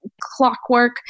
clockwork